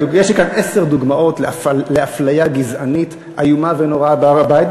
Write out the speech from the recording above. יש לי כאן עשר דוגמאות לאפליה גזענית איומה ונוראה בהר-הבית,